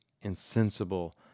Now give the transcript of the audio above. insensible